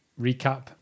recap